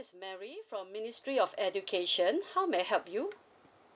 mary from ministry of education how may I help you